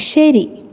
ശരി